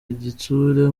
igitsure